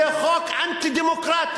זה חוק אנטי-דמוקרטי,